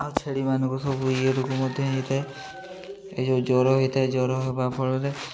ଆଉ ଛେଳିମାନଙ୍କୁ ସବୁ ଇଏ ରୋଗ ମଧ୍ୟ ହେଇଥାଏ ଏଇ ଯେଉଁ ଜ୍ୱର ହେଇଥାଏ ଜ୍ୱର ହେବା ଫଳରେ